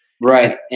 Right